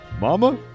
Mama